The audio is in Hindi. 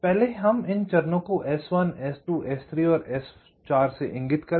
पहले हम इन चरणों को S1 S2 S3 और S4 इंगित करें